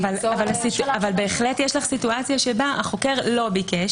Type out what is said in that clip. אבל בהחלט יש לך מצב שהחוקר לא ביקש.